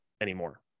anymore